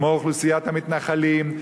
כמו אוכלוסיית המתנחלים,